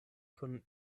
kun